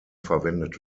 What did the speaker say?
verwendet